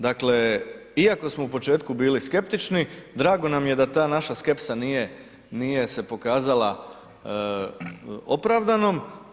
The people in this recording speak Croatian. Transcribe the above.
Dakle, iako smo u početku bili skeptični, drago nam je da ta naša skepsa nije se pokazala opravdanom.